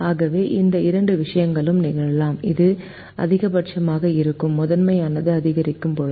ஆகவே இந்த இரண்டு விஷயங்களும் நிகழலாம் இது அதிகபட்சமாக இருக்கும் முதன்மையானது அதிகரிக்கும் போது